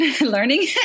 learning